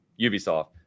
Ubisoft